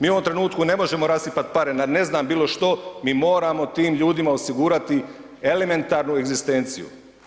Mi u ovom trenutku ne možemo rasipati pare na ne znam bilo što, mi moramo tim ljudima osigurati elementarnu egzistenciju.